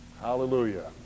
Hallelujah